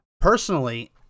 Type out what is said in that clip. Personally